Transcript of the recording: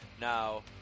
Now